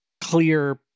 clear